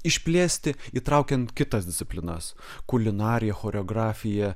išplėsti įtraukiant kitas disciplinas kulinariją choreografiją